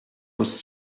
was